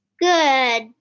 Good